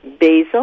basil